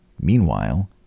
Meanwhile